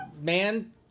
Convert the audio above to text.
man